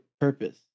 purpose